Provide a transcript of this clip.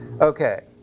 Okay